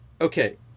Okay